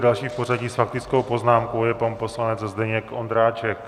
Dalším v pořadí s faktickou poznámkou je pan poslanec Zdeněk Ondráček.